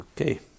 Okay